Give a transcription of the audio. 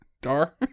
Dar